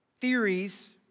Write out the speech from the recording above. theories